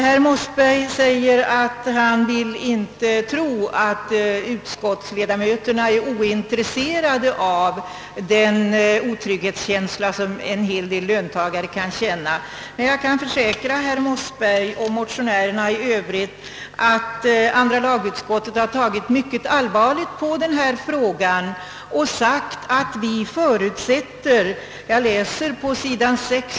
Herr Mossberg säger att han inte tror att utskottsledamöterna är ointresserade av den otrygghetskänsla som en hel del löntagare kan ha. Jag kan försäkra herr Mossberg och motionärerna i Övrigt att andra lagutskottet har tagit mycket allvarligt på denna fråga. Jag vill här återge vad utskottet har sagt — det gäller de rader på sid.